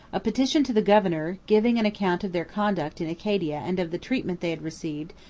a petition to the governor, giving an account of their conduct in acadia and of the treatment they had received,